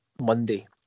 Monday